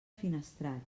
finestrat